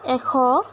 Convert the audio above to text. এশ